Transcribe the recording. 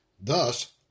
Thus